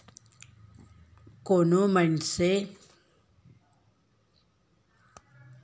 कोनो मनसे करा जादा पइसा हो जाथे तौ वोहर कोनो मनसे ल कन्तर म पइसा देके पइसा कमाथे अइसन करई ह कभू कभू घाटा के सौंदा होथे